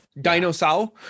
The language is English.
Dinosaur